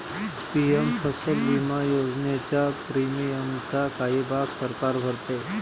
PM फसल विमा योजनेच्या प्रीमियमचा काही भाग सरकार भरते